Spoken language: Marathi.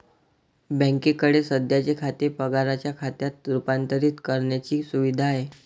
बँकेकडे सध्याचे खाते पगाराच्या खात्यात रूपांतरित करण्याची सुविधा आहे